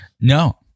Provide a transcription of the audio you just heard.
No